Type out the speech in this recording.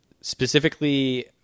Specifically